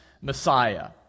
Messiah